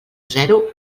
zero